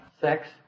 Sex